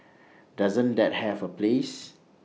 doesn't that have A place